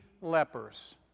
lepers